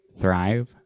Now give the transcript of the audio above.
thrive